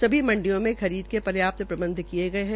सभी मंडियों में खरीद के पर्याप्त प्रबंध किये गये है